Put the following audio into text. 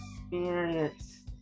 experience